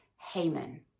Haman